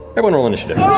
everyone roll initiative.